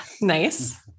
Nice